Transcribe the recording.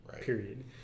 period